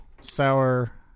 sour